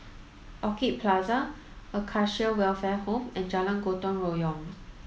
Orchid Plaza Acacia Welfare Home and Jalan Gotong Royong